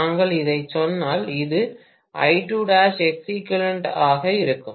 நாங்கள் இதைச் சொன்னால் இது ஆக இருக்கும்